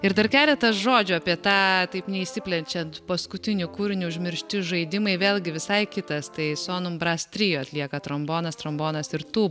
ir dar keletas žodžių apie tą taip neišsiplečiant paskutinį kūrinį užmiršti žaidimai vėlgi visai kitas tai sonum brasrti atlieka trombonas trombonas ir tūba